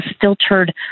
filtered